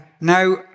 Now